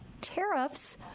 tariffs